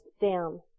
down